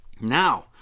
Now